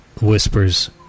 whispers